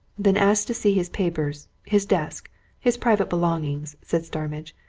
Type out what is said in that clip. then ask to see his papers his desk his private belongings, said starmidge.